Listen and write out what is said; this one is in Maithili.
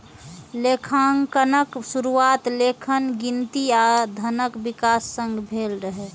लेखांकनक शुरुआत लेखन, गिनती आ धनक विकास संग भेल रहै